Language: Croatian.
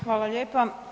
Hvala lijepa.